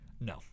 No